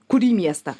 kurį miestą